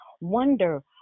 wonder